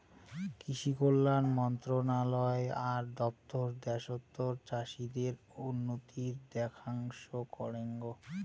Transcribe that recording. কৃষি কল্যাণ মন্ত্রণালয় আর দপ্তর দ্যাশতর চাষীদের উন্নতির দেখাশনা করেঙ